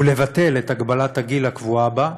ולבטל את הגבלת הגיל הקבועה בה,